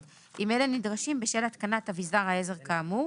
אם אלה נדרשים בשל התקנת אבזר העזר כאמור,